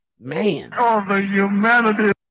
Man